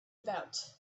about